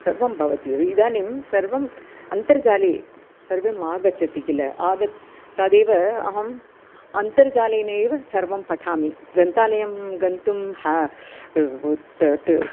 सर्वं भवति एव इदानीं सर्वम् अन्तर्जाले सर्वम् आगच्छति किल आग तदेव अहम् अन्तर्जालेनेव सर्वं पठामि ग्रन्थालयं गन्तुं हा तत्